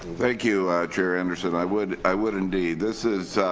thank you, chair anderson, i would i would indeed. this is